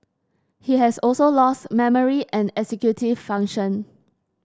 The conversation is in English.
he has also lost memory and executive function